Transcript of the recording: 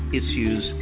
issues